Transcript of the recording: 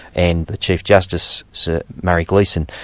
and the chief justice, sir murray gleeson,